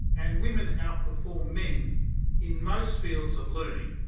and women outperform men in most fields of learning,